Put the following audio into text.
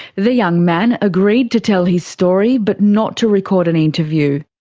the young man agreed to tell his story but not to record an interview.